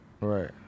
Right